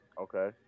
Okay